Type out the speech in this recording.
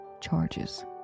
charges